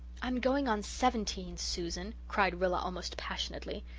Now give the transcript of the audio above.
i'm going on seventeen, susan, cried rilla almost passionately.